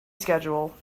schedule